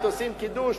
עושים קידוש,